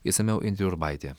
išsamiau indrė urbaitė